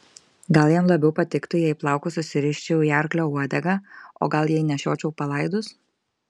gal jam labiau patiktų jei plaukus susiriščiau į arklio uodegą o gal jei nešiočiau palaidus